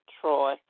Troy